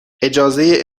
اجازه